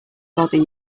bother